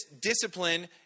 discipline